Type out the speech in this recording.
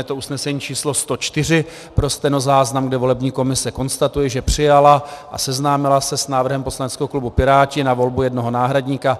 Je to usnesení číslo 104, pro stenozáznam, kde volební komise konstatuje, že přijala a seznámila se s návrhem poslaneckého klubu Piráti na volbu jednoho náhradníka.